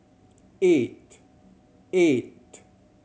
eight eight